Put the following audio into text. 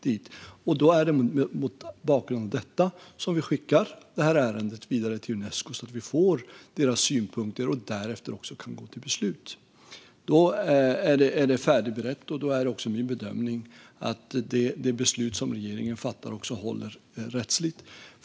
Det är mot bakgrund av detta som vi skickar det här ärendet vidare till Unesco så att vi får deras synpunkter och därefter kan gå till beslut. Då är det färdigberett, och då är också min bedömning att det beslut som regeringen fattar håller rättsligt.